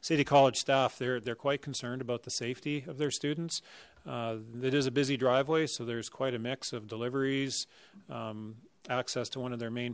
city college staff they're they're quite concerned about the safety of their students it is a busy driveway so there's quite a mix of deliveries access to one of their main